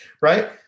right